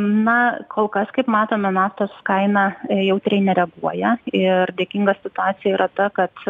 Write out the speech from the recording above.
na kol kas kaip matome naftos kaina jautriai nereaguoja ir dėkinga situacija yra ta kad